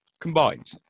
Combined